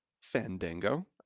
Fandango